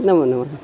नमोनमः